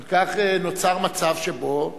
אם כך, נוצר מצב שבו,